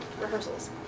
rehearsals